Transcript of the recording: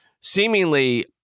seemingly